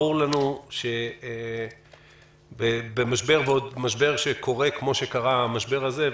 ברור לנו שבמשבר שקורה כפי שקרה המשבר הזה,